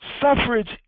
suffrage